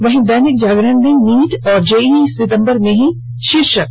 वहीं दैनिक जागरण ने नीट और जेईई सितंबर में ही शीर्षक दिया है